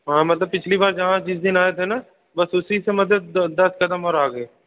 हाँ मतलब पिछली बार जहाँ जिस दिन आए थे ना बस उसी से मतलब दस क़दम और आगे